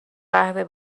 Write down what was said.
قهوه